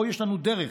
פה יש לנו דרך.